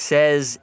Says